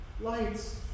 lights